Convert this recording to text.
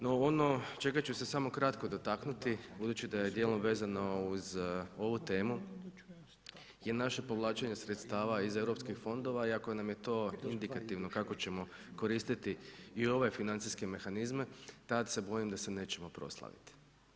No ono čega ću se samo kratko dotaknuti budući da je dijelom vezano uz ovu temu je naše povlačenje sredstava iz EU fondova iako nam je to indikativno kako ćemo koristiti i ove financijske mehanizme, tad se bojim da se nećemo proslaviti.